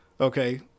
Okay